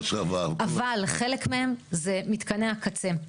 אבל חלק מהם זה מתקני הקצה.